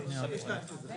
מפעילים גם גוף שנותן להם